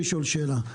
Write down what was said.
שאלה.